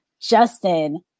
Justin